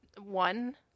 One